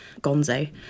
Gonzo